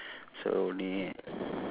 then